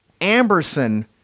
Amberson